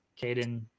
Caden